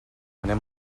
anem